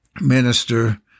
minister